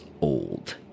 old